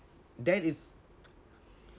that is